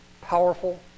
powerful